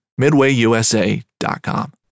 MidwayUSA.com